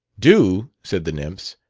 do? said the nymphs.